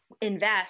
invest